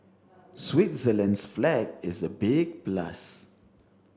Switzerland's flag is a big plus